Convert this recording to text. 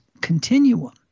continuum